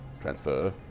transfer